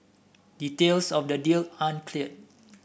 details of the deal aren't clear